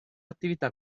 attività